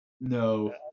No